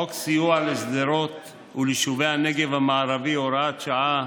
חוק סיוע לשדרות וליישובי הנגב המערבי (הוראת שעה),